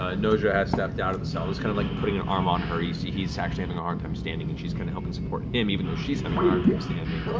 ah noja has stepped out of the cell and is kind of like putting an arm on her, you see he's actually having a hard time standing and she's kind of helping support him, even though she's having a hard time standing.